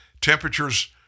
temperatures